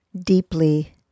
deeply